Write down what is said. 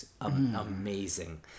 amazing